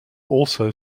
also